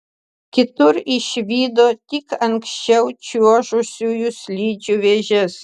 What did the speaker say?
kitur išvydo tik anksčiau čiuožusiųjų slidžių vėžes